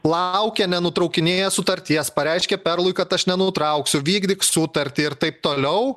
laukia nenutraukinėja sutarties pareiškia perlui kad aš nenutrauksiu vykdyk sutartį ir taip toliau